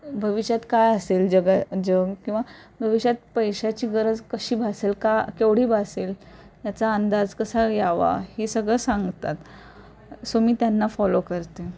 भविष्यात काय असेल जगा जग किंवा भविष्यात पैशाची गरज कशी भासेल का केवढी भासेल ह्याचा अंदाज कसा यावा हे सगळं सांगतात सो मी त्यांना फॉलो करते